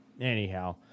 Anyhow